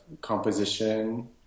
composition